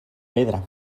pedra